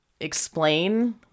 explain